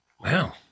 Wow